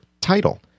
title